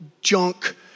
junk